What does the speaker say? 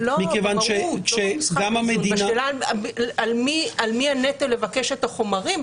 מכיוון שגם המדינה --- בשאלה על מי הנטל לבקש את החומרים,